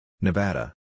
Nevada